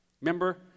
Remember